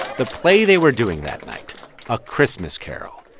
the play they were doing that night a christmas carol.